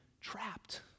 trapped